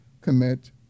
commit